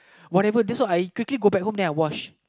whatever then so I quickly go back home and I wash